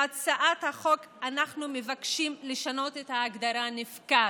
בהצעת החוק אנחנו מבקשים לשנות את ההגדרה "נפקד",